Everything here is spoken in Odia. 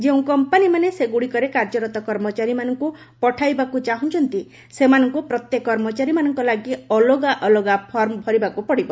ଯେଉଁ କମ୍ପାନୀମାନେ ସେଗୁଡ଼ିକରେ କାର୍ଯ୍ୟରତ କର୍ମଚାରୀମାନଙ୍କୁ ପଠାଇବାକୁ ଚାହୁଁଛନ୍ତି ସେମାନଙ୍କୁ ପ୍ରତ୍ୟେକ କର୍ମଚାରୀମାନଙ୍କ ଲାଗି ଅଲଗା ଅଲଗା ଫର୍ମ ଭରିବାକୁ ପଡିବ